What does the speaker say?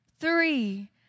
Three